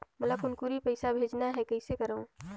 मोला कुनकुरी पइसा भेजना हैं, कइसे करो?